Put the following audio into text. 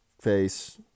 face